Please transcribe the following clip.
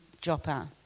Joppa